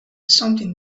something